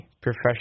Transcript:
professional